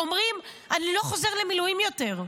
הם אומרים: אני לא חוזר למילואים יותר.